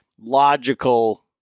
logical